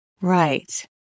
Right